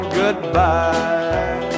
goodbye